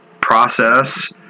process